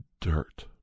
dirt